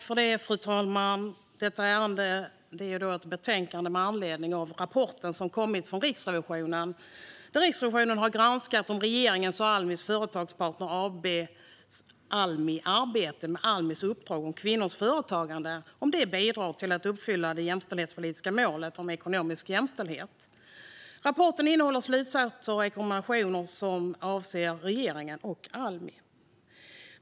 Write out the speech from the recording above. Fru talman! Detta ärende är ett betänkande med anledning av den rapport som kommit från Riksrevisionen. Riksrevisionen har granskat om regeringens och Almi Företagspartner AB:s arbete med Almis uppdrag om kvinnors företagande bidrar till att uppfylla det jämställdhetspolitiska målet om ekonomisk jämställdhet. Rapporten innehåller slutsatser och rekommendationer som avser regeringen och Almi.